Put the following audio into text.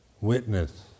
witness